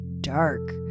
dark